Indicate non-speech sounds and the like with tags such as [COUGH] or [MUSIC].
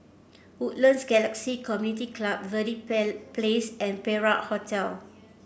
Woodlands Galaxy Community Club Verde [UNINTELLIGIBLE] Place and Perak Hotel